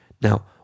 Now